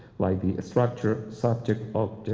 like the structure subject,